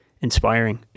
inspiring